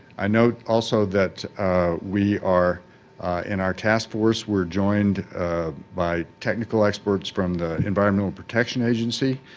i note also that we are in our task force we're joined by technical experts from the environmental protection agency,